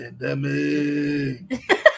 pandemic